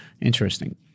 Interesting